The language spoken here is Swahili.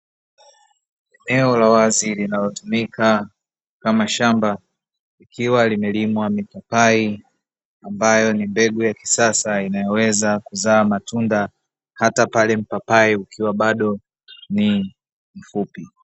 Eneo la wazi linalotumika kama shamba ikiwa limelimwa mipapai, ambayo ni mbegu ya kisasa inayoweza kuzaa matunda hata pale mpapai ukiwa bado ni mfupi.